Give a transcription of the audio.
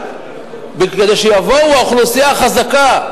כדי שתבוא האוכלוסייה החזקה.